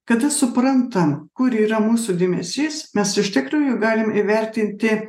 kada suprantam kur yra mūsų dėmesys mes iš tikrųjų galim įvertinti